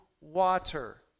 water